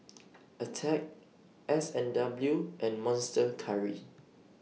Attack S and W and Monster Curry